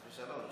חס ושלום.